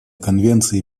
конвенции